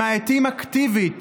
הם מאיטים אקטיבית